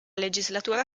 legislatura